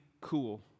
cool